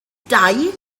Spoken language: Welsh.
dau